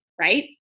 right